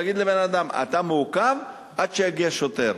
להגיד לבן-אדם: אתה מעוכב, עד שיגיע שוטר.